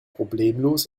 problemlos